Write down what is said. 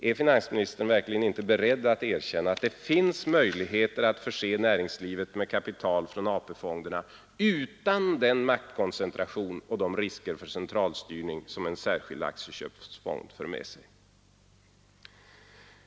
Är finansministern verkligen inte beredd att erkänna att det finns möjligheter att förse näringslivet med kapital från AP-fonderna utan den maktkoncentration och de risker för centralstyrning som en särskild aktieköpsfond för med sig?